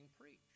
preached